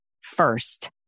first